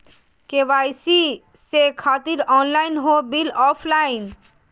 KYC से खातिर online हो बिल ऑफलाइन?